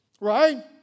Right